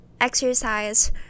exercise